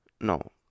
No